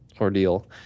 ordeal